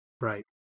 Right